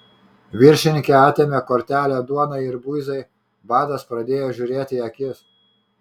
viršininkė atėmė kortelę duonai ir buizai badas pradėjo žiūrėti į akis